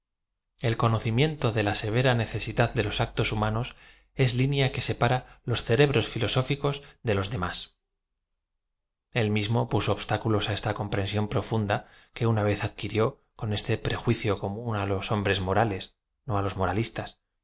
cono cimiento de la severa necesidad de los actos humanos es jlnea que separa los cereóroe filosóficos de lo i de m ás é i mismo puso obstáculos á esta comprensión profunda que una v e z adquirió con este prejuicio co mún á los hombres morales no á los